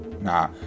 Nah